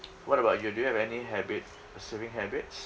what about you do you have any habit uh saving habits